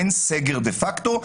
אין סגר דה-פקטו,